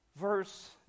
Verse